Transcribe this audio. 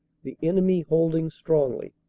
the enemy holding strongly.